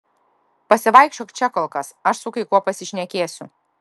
pasivaikščiok čia kol kas aš su kai kuo pasišnekėsiu